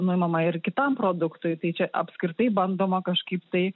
nuimama ir kitam produktui tai čia apskritai bandoma kažkaip tai